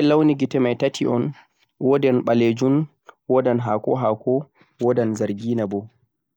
hemɓe mari launi gete kala tati, wodi ɓalejun, wodi hako-hako, wodi zargina boo